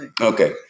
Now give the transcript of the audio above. okay